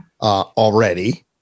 already